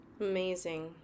Amazing